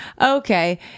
okay